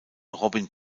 robin